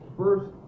first